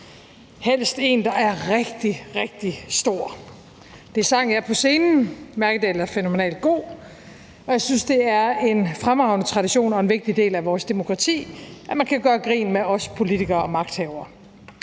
helst en, der er rigtig, rigtig stor. Det sang jeg på scenen, Mærkedahl var fænomenalt god, og jeg synes, det er en fremragende tradition og en vigtig del af vores demokrati, at man kan gøre grin med os politikere og magthavere.